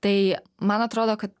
tai man atrodo kad